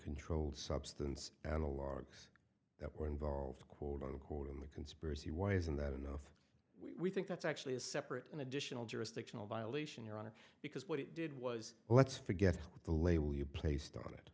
controlled substance and the logs that were involved quote unquote in the conspiracy why isn't that enough we think that's actually a separate and additional jurisdictional violation your honor because what it did was let's forget the label you placed on it